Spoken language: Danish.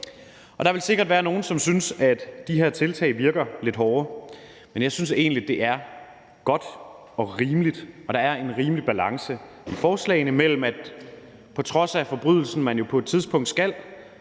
Der vil sikkert være nogle, som synes, at de her tiltag virker lidt hårde. Men jeg synes egentlig, det er godt og rimeligt, og der er en rimelig balance i forslagene mellem, at man på trods af forbrydelsen jo på et tidspunkt skal